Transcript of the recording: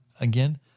Again